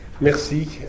Merci